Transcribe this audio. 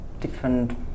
different